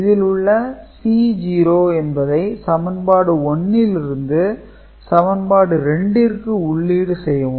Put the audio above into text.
இதில் உள்ள C0 என்பதை சமன்பாடு லிருந்து சமன்பாடு ற்கு உள்ளீடு செய்யவும்